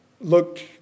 looked